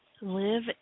live